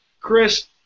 Chris